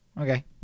Okay